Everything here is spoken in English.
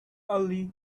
early